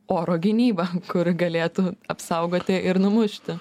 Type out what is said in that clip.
oro gynyba kur galėtų apsaugoti ir numušti